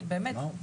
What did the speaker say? באמת,